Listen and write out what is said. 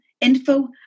info